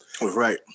right